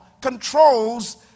controls